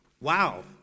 Wow